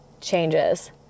changes